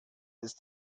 ist